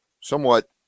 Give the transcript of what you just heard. somewhat